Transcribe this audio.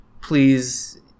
please